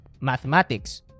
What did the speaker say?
mathematics